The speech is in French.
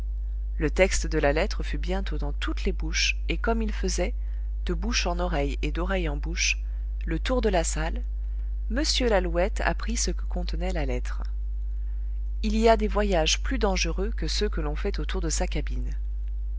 le texte de la lettre fut bientôt dans toutes les bouches et comme il faisait de bouche en oreille et d'oreille en bouche le tour de la salle m lalouette apprit ce que contenait la lettre il y a des voyages plus dangereux que ceux que l'on fait autour de sa cabine